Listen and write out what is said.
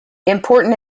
important